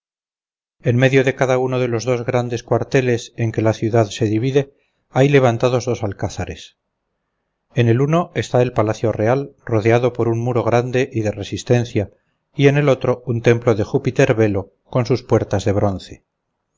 en medio de cada uno de los dos grandes cuarteles en que la ciudad se divide hay levantados dos alcázares en el uno está el palacio real rodeado con un muro grande y de resistencia y en el otro un templo de júpiter belo con sus puertas de bronce